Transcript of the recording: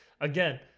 again –